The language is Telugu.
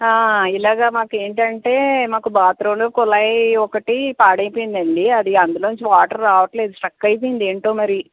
ఇలాగా మాకు ఏంటంటే మాకు బాత్రూంలో కుళాయి ఒకటి పాడైపోయిందండీ అది అందులోంచి వాటర్ రావడం లేదు స్టక్ అయిపోయింది ఏంటో మరి